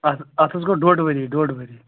اَتھ اَتھ حظ گوٚو ڈۄڈ ؤری ڈۄڈ ؤری